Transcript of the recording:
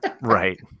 Right